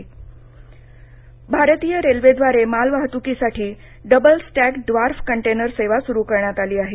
voice कास्टरेल्वेः भारतीय रेल्वेद्वारे माल वाहत्कीसाठी डबल स्टॅक ड्वार्फ कंटेनर सेवा स्रु करण्यात आली आहे